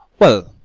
well,